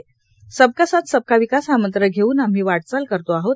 सबका साथ सबका विकास हा मंत्र घेऊन आम्ही वाटचाल करतो आहोत